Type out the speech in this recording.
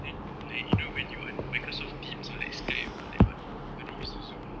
then like you know when you on Microsoft teams or like Skype or like [what] or they use zoo~ Zoom ah